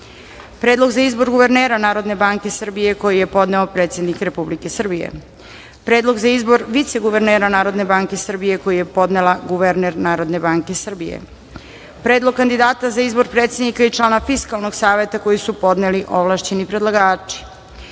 Predlog za izbor guvernera Narodne banke Srbije, koji je podneo predsednik Republike Srbije;32. Predlog za izbor viceguvernera Narodne banke Srbije, koji je podnela guverner Narodne banke Srbije;33. Predlog kandidata za izbor predsednika i člana Fiskalnog saveta, koji su podneli ovlašćeni predlagači;34.